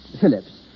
Phillips